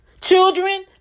Children